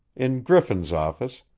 in griffin's office,